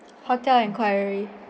hotel inquiry